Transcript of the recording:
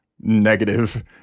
negative